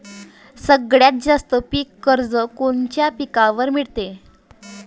सगळ्यात जास्त पीक कर्ज कोनच्या पिकावर मिळते?